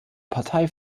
partei